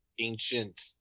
ancient